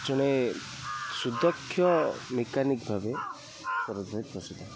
ଜଣେ ସୁଦକ୍ଷ ମେକାନିକ୍ ଭାବେ ପ୍ରସିଦ୍ଧ